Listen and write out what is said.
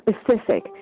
specific